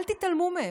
אל תתעלמו מהם.